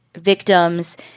victims